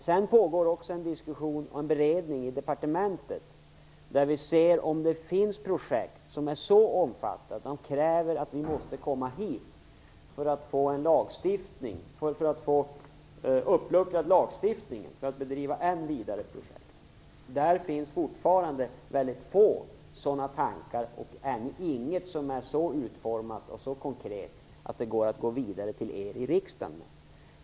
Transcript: Det pågår också en diskussion om beredningen inom departementet, där vi ser efter om det finns projekt som är så omfattande att vi för att driva dem vidare måste vända oss hit och få till stånd en uppluckring av lagstiftningen. Det finns fortfarande mycket få sådana tankar, och ingen är så konkret utformad att vi kan gå vidare till riksdagen med den.